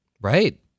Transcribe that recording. Right